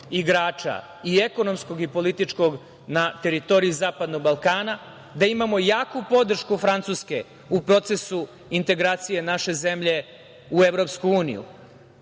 igrača i ekonomskog i političkog na teritoriji zapadnog Balkana, da imao jaku podršku Francuske u procesu integracija naše zemlje u Evropsku uniju.I